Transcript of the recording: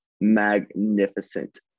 magnificent